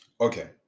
okay